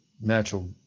natural